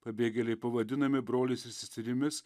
pabėgėliai pavadinami broliais ir seserimis